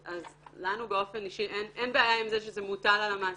אז לנו באופן אישי אין בעיה עם זה שזה מוטל על המעסיק.